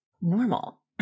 normal